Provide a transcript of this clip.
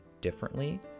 differently